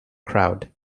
crowd